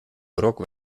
rock